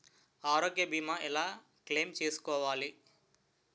ఆరోగ్య భీమా ఎలా క్లైమ్ చేసుకోవాలి?